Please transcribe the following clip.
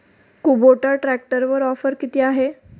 Kubota ट्रॅक्टरवर offer किती आहे?